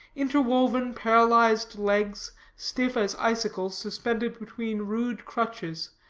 interwoven paralyzed legs, stiff as icicles, suspended between rude crutches,